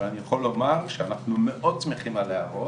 אבל אני יכול לומר שאנחנו מאוד שמחים על ההערות,